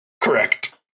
Correct